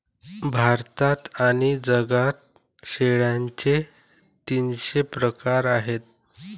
भारतात आणि जगात शेळ्यांचे तीनशे प्रकार आहेत